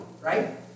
right